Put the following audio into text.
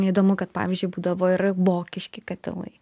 įdomu kad pavyzdžiui būdavo ir vokiški katilai